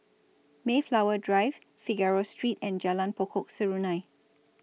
Mayflower Drive Figaro Street and Jalan Pokok Serunai